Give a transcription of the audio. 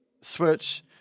Switch